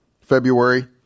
February